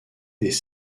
des